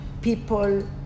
people